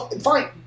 fine